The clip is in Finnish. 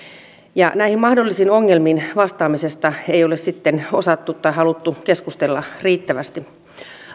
ja näihin mahdollisiin ongelmiin vastaamisesta ei ole sitten osattu tai haluttu keskustella riittävästi